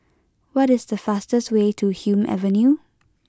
what is the fastest way to Hume Avenue